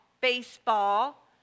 baseball